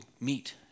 meet